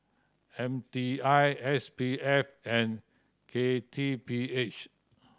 M T I S P F and K T P H